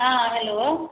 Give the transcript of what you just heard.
हँ हेलो